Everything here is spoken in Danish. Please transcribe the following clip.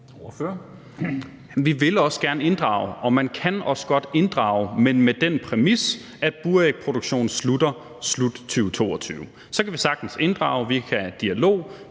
Vi vil gerne inddrage, og man kan også godt inddrage, men med den præmis, at burægproduktion slutter i slutningen af 2022. Så kan vi sagtens inddrage. Vi kan have dialog.